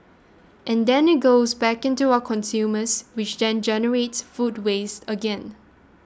and then it goes back into our consumers which then generates food waste again